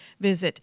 visit